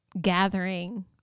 gathering